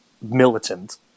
militant